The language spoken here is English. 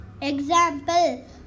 Example